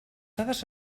dades